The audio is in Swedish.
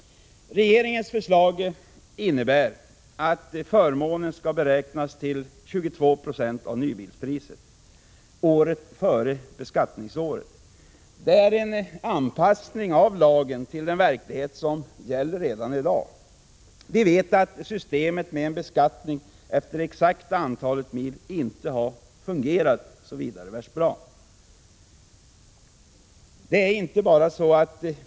Regeringens förslag innebär att förmånen skall beräknas till 22 20 av nybilspriset året före beskattningsåret. Det är en anpassning av lagen till den verklighet som gäller redan i dag. Vi vet att systemet med en beskattning efter det exakta antalet mil inte har fungerat i praktiken.